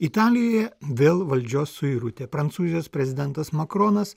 italijoje vėl valdžios suirutė prancūzijos prezidentas makronas